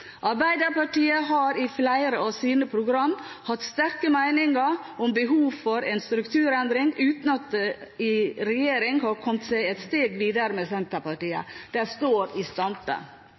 Arbeiderpartiet har i flere av sine programmer hatt sterke meninger om behovet for en strukturendring, uten at de i regjering har kommet et steg videre sammen med Senterpartiet. Det står i